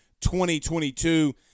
2022